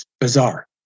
bizarre